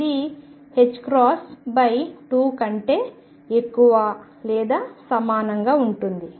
ఇది 2 కంటే ఎక్కువ లేదా సమానంగా ఉంటుంది